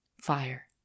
Fire